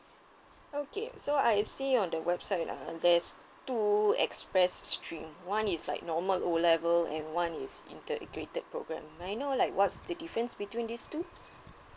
okay so I see on the website lah there is two express stream one is like normal O level and one is integrated program may I know like what's the difference between these two